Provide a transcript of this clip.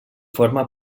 forma